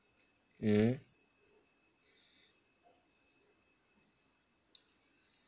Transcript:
mm